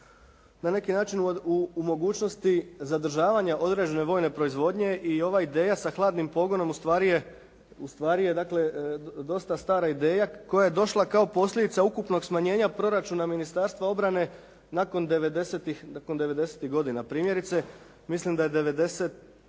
na neki način u mogućnosti zadržavanja određene vojne proizvodnje i ova ideja sa hladnim pogodnom ustvari je, ustvari je dakle dosta stara ideja koja je došla kao posljedica ukupnog smanjenja proračuna Ministarstva obrane nakon 90-tih, nakon 90-tih godina. Primjerice mislim da je 90,